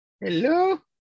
hello